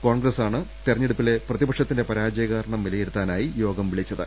കോൺഗ്രസാണ് തെരഞ്ഞെടുപ്പിലെ പ്രതിപക്ഷത്തിന്റെ പരാജയ കാരണം വിലയിരുത്താനായി യോഗം വിളിച്ചിരുന്നത്